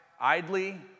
idly